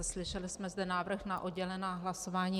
Slyšeli jsme zde návrh na oddělená hlasování.